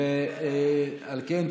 על כן,